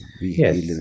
Yes